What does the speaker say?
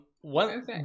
one